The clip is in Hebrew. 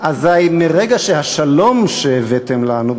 אזי מרגע שהשלום שהבאתם לנו,